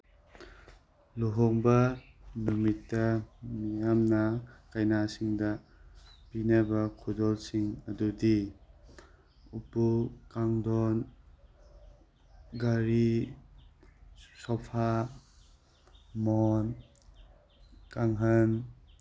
ꯂꯨꯍꯣꯡꯕ ꯅꯨꯃꯤꯠꯇ ꯃꯤꯌꯥꯝꯅ ꯀꯩꯅꯥꯁꯤꯡꯗ ꯄꯤꯅꯕ ꯈꯨꯗꯣꯜꯁꯤꯡ ꯑꯗꯨꯗꯤ ꯎꯄꯨ ꯀꯥꯡꯗꯣꯜ ꯘꯔꯤ ꯁꯣꯐꯥ ꯃꯣꯟ ꯀꯥꯡꯈꯜ